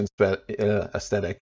aesthetic